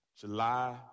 July